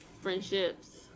friendships